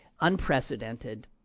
unprecedented